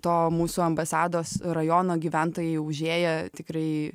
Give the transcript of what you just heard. to mūsų ambasados rajono gyventojai užėję tikrai